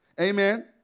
Amen